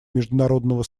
международного